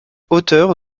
auteur